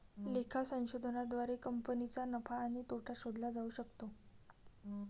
लेखा संशोधनाद्वारे कंपनीचा नफा आणि तोटा शोधला जाऊ शकतो